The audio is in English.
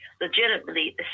legitimately